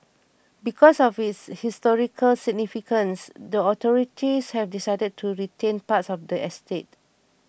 because of its historical significance the authorities have decided to retain parts of the estate